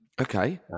Okay